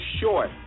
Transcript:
short